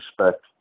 respect